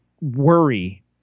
worry